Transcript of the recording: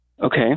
Okay